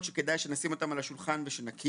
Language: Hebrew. שכדאי שנשים אותם על השולחן ושנכיר.